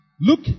look